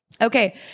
Okay